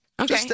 Okay